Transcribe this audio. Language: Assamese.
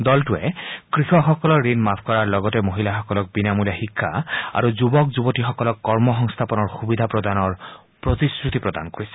দলটোৱে কৃষকসকলৰ ঋণ মাফ কৰাৰ লগতে মহিলাসকলক বিনামূলীয়া শিক্ষা আৰু যুৱক যুৱতীসকলক কৰ্ম সংস্থাপনৰ সুবিধা প্ৰদানৰ প্ৰতিশ্ৰতি প্ৰদান কৰিছে